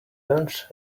lunch